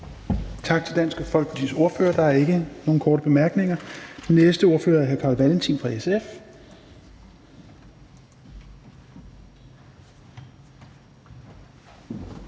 Tak til Dansk Folkepartis ordfører. Der er ikke nogen korte bemærkninger. Den næste ordfører er hr. Carl Valentin fra SF.